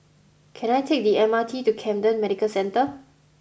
can I take the M R T to Camden Medical Centre